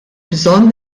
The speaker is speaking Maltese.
bżonn